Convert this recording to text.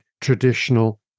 traditional